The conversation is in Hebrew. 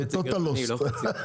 זה "טוטאל לוסט".